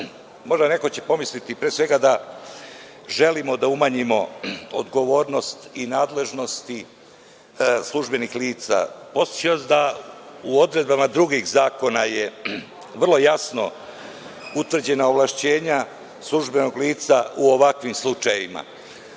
neko će pomisliti da želimo da umanjimo odgovornost i nadležnosti službenih lica, da su u odredbama drugih zakona vrlo jasno utvrđena ovlašćenja službenog lica u ovakvim slučajevima.